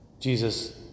Jesus